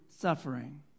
suffering